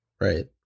Right